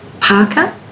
Parker